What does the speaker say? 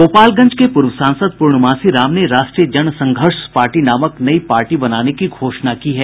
गोपालगंज के पूर्व सांसद पूर्णमासी राम ने राष्ट्रीय जनसंघर्ष पार्टी नामक नई पार्टी बनाने की घोषणा की है